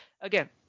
again